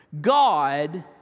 God